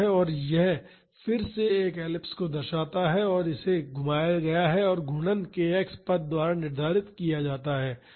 तो यह फिर से एक एलिप्स को दर्शाता है लेकिन इसे घुमाया गया है और घूर्णन k x पद द्वारा निर्धारित किया जाता है